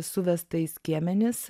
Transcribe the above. suvesta į skiemenis